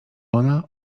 ona